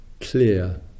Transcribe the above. clear